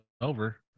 over